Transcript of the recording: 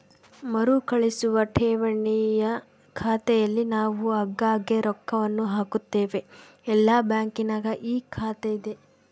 ಮರುಕಳಿಸುವ ಠೇವಣಿಯ ಖಾತೆಯಲ್ಲಿ ನಾವು ಆಗಾಗ್ಗೆ ರೊಕ್ಕವನ್ನು ಹಾಕುತ್ತೇವೆ, ಎಲ್ಲ ಬ್ಯಾಂಕಿನಗ ಈ ಖಾತೆಯಿದೆ